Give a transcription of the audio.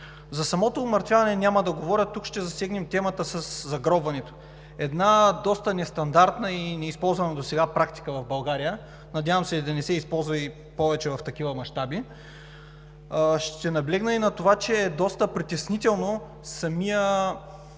За самото умъртвяване няма да говоря. Тук ще засегнем темата със загробването – една доста нестандартна и неизползвана досега практика в България, надявам се да не се използва повече в такива мащаби. Ще наблегна и на това, че е доста притеснително